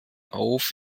auf